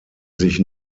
sich